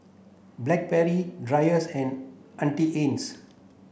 Blackberry Drypers and Auntie Anne's